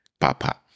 papa